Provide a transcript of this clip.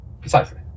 Precisely